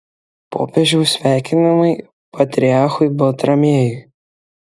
popiežiaus sveikinimai patriarchui baltramiejui